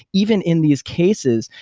even in these cases,